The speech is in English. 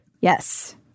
Yes